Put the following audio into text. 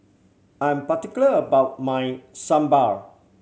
I'm particular about my Sambar